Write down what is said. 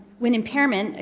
when impairment, ah